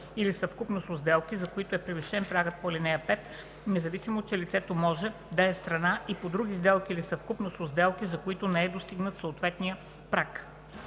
или съвкупност от сделки, за които е превишен прагът по ал. 5, независимо че лицето може да е страна и по друга сделка или съвкупност от сделки, за които не е достигнат съответният праг.